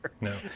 No